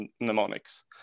mnemonics